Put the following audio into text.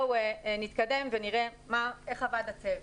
נתקדם ונראה איך עבד הצוות.